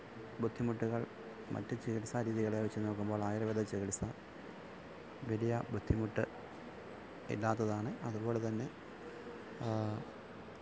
ബുദ്ധിമുട്ടുകള് മറ്റു ചികിത്സാരീതികളെ വെച്ച് നോക്കുമ്പോള് ആയുര്വേദ ചികിത്സ വലിയ ബുദ്ധിമുട്ട് ഇല്ലാത്തതാണ് അതുപോലെതന്നെ